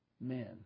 men